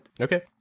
Okay